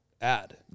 add